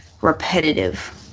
repetitive